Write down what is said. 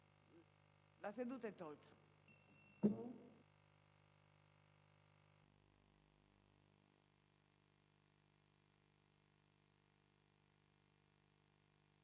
La seduta è tolta